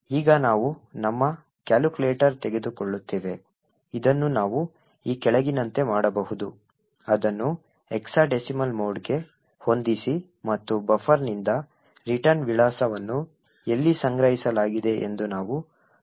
ಈಗ ನಾವು ನಮ್ಮ ಕ್ಯಾಲ್ಕುಲೇಟರ್ ತೆಗೆದುಕೊಳ್ಳುತ್ತೇವೆ ಇದನ್ನು ನಾವು ಈ ಕೆಳಗಿನಂತೆ ಮಾಡಬಹುದು ಅದನ್ನು hexadecimal mode ಗೆ ಹೊಂದಿಸಿ ಮತ್ತು ಬಫರ್ನಿಂದ ರಿಟರ್ನ್ ವಿಳಾಸವನ್ನು ಎಲ್ಲಿ ಸಂಗ್ರಹಿಸಲಾಗಿದೆ ಎಂದು ನಾವು ನೋಡುತ್ತೇವೆ